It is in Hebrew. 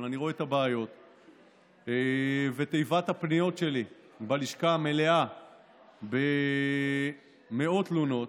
אבל אני רואה את הבעיות’ ותיבת הפניות שלי בלשכה מלאה במאות תלונות.